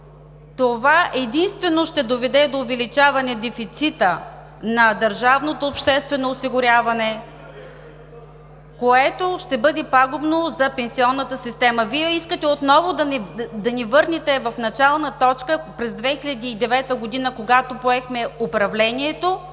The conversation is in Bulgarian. това единствено ще доведе до увеличаване дефицита на държавното обществено осигуряване, което ще бъде пагубно за пенсионната система. Вие искате отново да ни върнете в начална точка – през 2009 г., когато поехме управлението